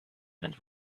and